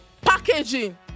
packaging